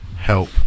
help